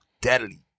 deadly